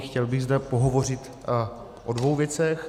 Chtěl bych zde pohovořit o dvou věcech.